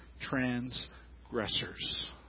transgressors